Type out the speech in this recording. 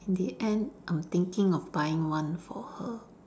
in the end I'm thinking of buying one for her